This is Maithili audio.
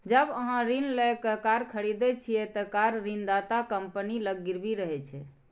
जब अहां ऋण लए कए कार खरीदै छियै, ते कार ऋणदाता कंपनी लग गिरवी रहै छै